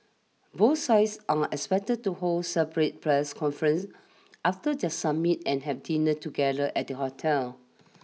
both sides are expected to hold separate press conferences after their summit and have dinner together at the hotel